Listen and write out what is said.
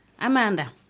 Amanda